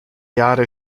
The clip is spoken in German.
jahre